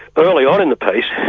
early on in the piece,